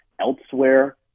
elsewhere